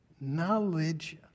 knowledge